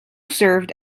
served